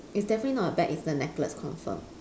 it's definitely not a bag it's a necklace confirm